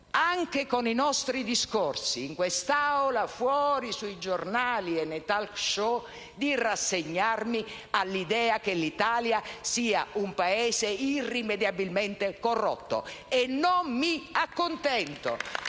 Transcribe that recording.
anche con i nostri discorsi, in quest'Aula, fuori, sui giornali e nei *talk show*, di rassegnarmi all'idea che l'Italia sia un Paese irrimediabilmente corrotto, e non mi accontento